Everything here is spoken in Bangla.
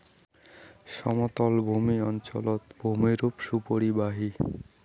সমতলভূমি অঞ্চলত ভূমিরূপ সুপরিবাহী